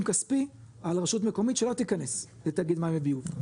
כספי על רשות מקומית שלא תיכנס לתאגיד מים וביוב.